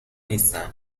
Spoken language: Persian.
نیستم